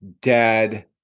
dad